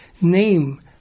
name